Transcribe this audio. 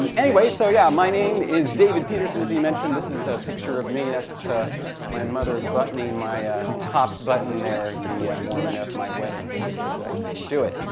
and anyway, so yeah, my name is david peterson, as he mentioned. this is a picture of me. that's ah my mother buttoning my top button there the morning of my wedding because i couldn't do it.